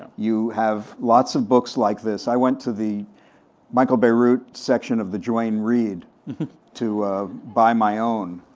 you have lots of books like this, i went to the michael bierut section of the duane reed to buy my own,